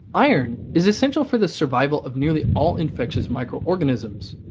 iron is essential for the survival of nearly all infectious microorganisms,